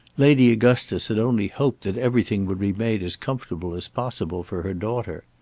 lady augustus had only hoped that everything would be made as comfortable as possible for her daughter.